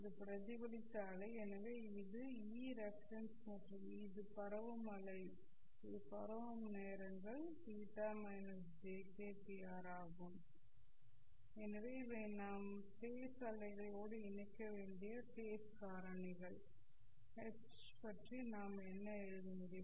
இது பிரதிபலித்த அலை எனவே இது Eref மற்றும் இது பரவும் அலை இது பரவும் நேரங்கள் e− jk t r ஆகும் எனவே இவை நாம் ஃபேஸ் அலைகளோடு இணைக்க வேண்டிய ஃபேஸ் காரணிகள் Hi¿ பற்றி நாம் என்ன எழுத முடியும்